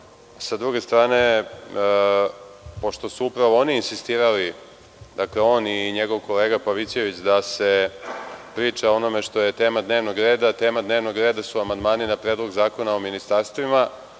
S druge strane, pošto su upravo oni insistirali, on i njegov kolega Pavićević, da se priča o onome što je tema dnevnog reda, tema dnevnog reda su amandmani na Predlog zakona o ministarstvima.